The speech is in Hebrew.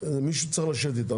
מישהו צריך לשבת איתם.